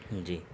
جی